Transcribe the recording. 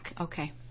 okay